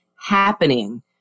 happening